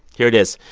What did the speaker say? here it is.